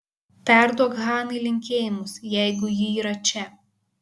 perduok hanai linkėjimus jeigu ji yra čia